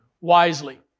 wisely